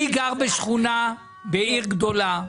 אני גר בשכונה בעיר גדולה.